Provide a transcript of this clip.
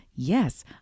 Yes